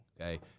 Okay